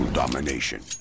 domination